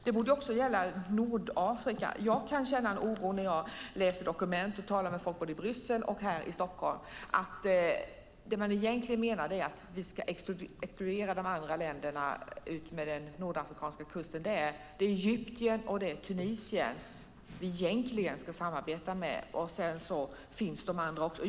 Det borde också gälla Nordafrika. När jag läser dokument och talar med folk både i Bryssel och här i Stockholm kan jag känna oro för att man egentligen menar att vi ska exkludera de andra länderna utmed den nordafrikanska kusten. Det är Egypten och Tunisien vi egentligen ska samarbeta med, sedan finns de andra också.